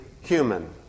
human